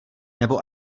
nebo